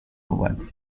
oven